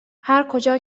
هرکجا